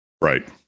Right